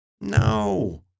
No